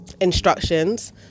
instructions